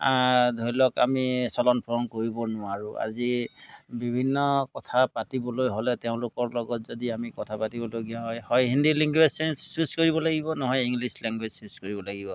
ধৰি লওক আমি চলন ফুৰণ কৰিব নোৱাৰোঁ আজি বিভিন্ন কথা পাতিবলৈ হ'লে তেওঁলোকৰ লগত যদি আমি কথা পাতিবলগীয়া হয় হিন্দী লেংগুৱেজ চেঞ্জ চুজ কৰিব লাগিব নহয় ইংলিছ লেংগুৱেজ চুজ কৰিব লাগিব